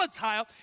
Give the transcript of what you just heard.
volatile